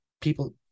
people